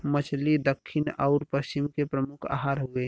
मछली दक्खिन आउर पश्चिम के प्रमुख आहार हउवे